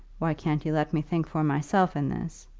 why can't you let me think for myself in this?